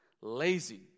lazy